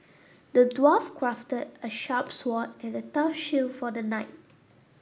the dwarf crafted a sharp sword and a tough shield for the knight